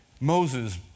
Moses